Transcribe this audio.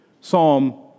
psalm